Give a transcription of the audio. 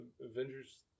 Avengers